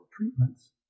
treatments